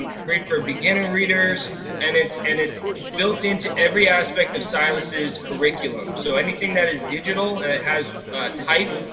um great for beginner readers and it's and built built into every aspect of silas's curriculum. so anything that is digital and has a type,